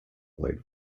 played